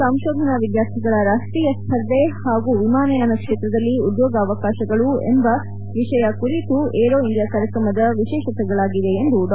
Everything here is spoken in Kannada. ಸಂಶೋಧನಾ ವಿದ್ಯಾರ್ಥಿಗಳ ರಾಷ್ಟೀಯ ಸ್ಪರ್ಧೆ ಹಾಗೂ ವಿಮಾನಯಾನ ಕ್ಷೇತ್ರದಲ್ಲಿ ಉದ್ಯೋಗಾವಕಾಶಗಳು ಎಂಬದು ಈ ಬಾರಿಯ ಏರೋ ಇಂಡಿಯಾ ಕಾರ್ಯಕ್ರಮದ ವಿಶೇಷತೆಗಳಾಗಿವೆ ಎಂದು ಡಾ